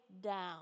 down